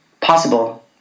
possible